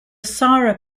sara